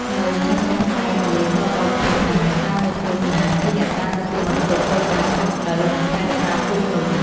ហើយចាស់ៗតែងនិយាយតៗគ្នាថា អ្នកតានៅភូមិណាជាអ្នកតាទទួលបន្ទុកមើលការខុសត្រូវ និងថែរក្សាភូមិនោះ។